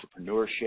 entrepreneurship